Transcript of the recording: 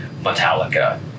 Metallica